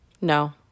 No